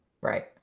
Right